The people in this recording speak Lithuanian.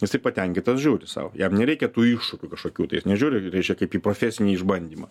jisai patenkytas žiūri sau jam nereikia tų iššūkių kažkokių tai jis nežiūri reiškia kaip į profesinį išbandymą